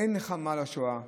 אין נחמה לשואה,